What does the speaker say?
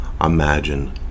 Imagine